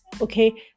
okay